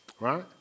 Right